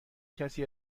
کسی